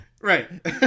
Right